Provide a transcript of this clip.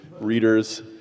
readers